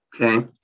Okay